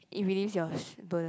it relieves your s~ burden